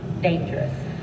dangerous